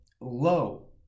low